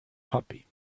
puppy